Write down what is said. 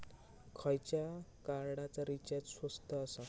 खयच्या कार्डचा रिचार्ज स्वस्त आसा?